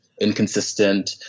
inconsistent